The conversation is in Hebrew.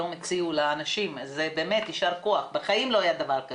הרחבנו את